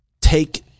take